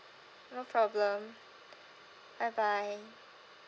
no problem bye bye